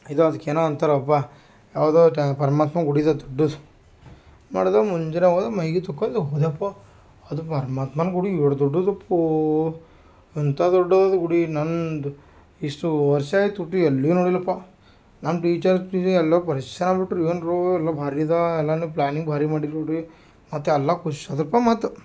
ಇದು ಅದ್ಕೆ ಏನೋ ಅಂತಾರಪ್ಪ ಯಾವುದು ಟೇ ಪರ್ಮಾತ್ಮಂದು ಗುಡಿದದು ಡುಸ್ ನೋಡಿದ್ರೆ ಮುಂಜಾನೆ ಹೋಗೋದ್ ಮೈಗಿ ತೊಕ್ಕೊಂಡು ಹೋದೇವಪ್ಪ ಅದು ಪರ್ಮಾತ್ಮನ ಗುಡಿ ಎಷ್ಟ್ ದೊಡ್ದುದ್ದೋಪೋ ಎಂಥಾ ದೊಡ್ಡುದ್ ಗುಡಿ ನಂದು ಇಷ್ಟು ವರ್ಷ ಆಯಿತು ಹುಟ್ಟಿ ಎಲ್ಲೀ ನೋಡಿಲ್ಲಪ್ಪ ನಮ್ಮ ಟೀಚರ್ ಎಲ್ಲ ಪರ್ಶ್ಯಾನ್ ಬಿಟ್ಟರು ಏನ್ರೋ ಎಲ್ಲ ಭಾರಿ ಅದೆ ಎಲ್ಲನ್ನು ಪ್ಲಾನಿಂಗ್ ಭಾರಿ ಮಾಡಿರಿ ನೋಡ್ರಿ ಮತ್ತು ಎಲ್ಲ ಖುಷ್ ಆದ್ರಪ್ಪ ಮತ್ತು